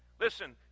Listen